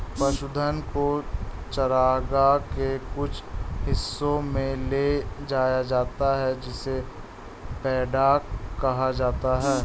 पशुधन को चरागाह के कुछ हिस्सों में ले जाया जाता है जिसे पैडॉक कहा जाता है